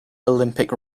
olympic